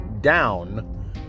down